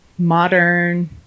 modern